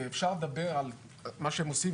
שאפשר לדבר על מה שהם עושים,